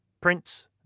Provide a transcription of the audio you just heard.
Print